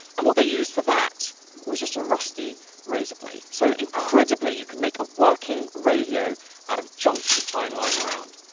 and what they used for that was just a rusty razor blade. so, incredibly, you can make a working radio out of junk you can find lying around.